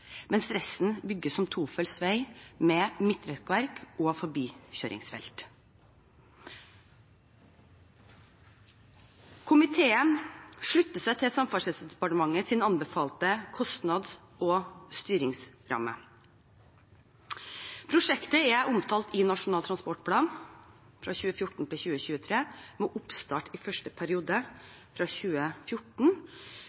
mens resten bygges som tofelts vei med midtrekkverk og forbikjøringsfelt. Komiteen slutter seg til Samferdselsdepartementets anbefalte kostnads- og styringsramme. Prosjektet er omtalt i Nasjonal transportplan 2014–2023, med oppstart i første periode 2014–2017. Det ble bl.a. stilt spørsmål fra